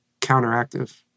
counteractive